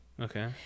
Okay